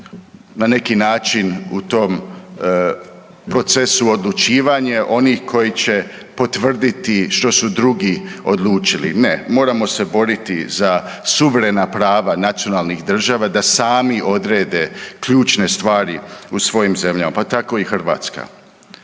na neki način u tom procesu odlučivanje onih koji će potvrditi što su drugi odlučili. Ne, moramo se boriti za suverena prava nacionalnih država, da sami odrede ključne stvari u svojim zemljama, pa tako i Hrvatska.